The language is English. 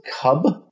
cub